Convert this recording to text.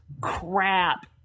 crap